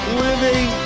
living